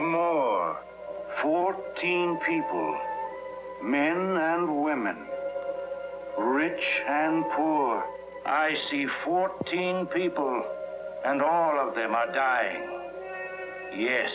or fourteen people men and women rich and poor i see fourteen people and all of them are dying ye